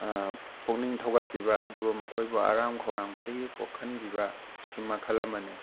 ꯄꯨꯛꯅꯤꯡ ꯊꯧꯒꯠꯄꯤꯕ ꯑꯗꯨꯒ ꯃꯈꯣꯏꯕꯨ ꯑꯔꯥꯝ ꯈꯧꯔꯥꯡꯕꯗꯒꯤ ꯀꯣꯛꯍꯟꯕꯤꯕ ꯏꯁꯀꯤꯝ ꯃꯈꯜ ꯑꯃꯅꯦ